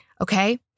Okay